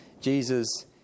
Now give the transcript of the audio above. jesus